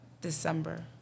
December